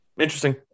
Interesting